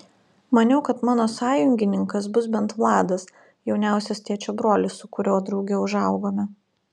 maniau kad mano sąjungininkas bus bent vladas jauniausias tėčio brolis su kuriuo drauge užaugome